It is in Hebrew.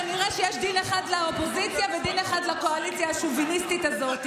כנראה שיש דין אחד לאופוזיציה ודין אחד לקואליציה השוביניסטית הזאת,